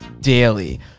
daily